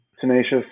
tenacious